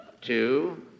two